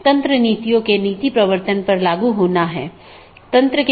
इसलिए बहुत से पारगमन ट्रैफ़िक का मतलब है कि आप पूरे सिस्टम को ओवरलोड कर रहे हैं